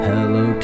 Hello